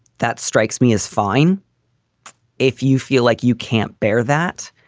that strikes me as fine if you feel like you can't bear that.